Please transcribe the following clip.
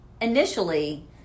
initially